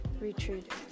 retreat